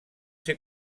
ser